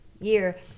year